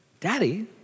Daddy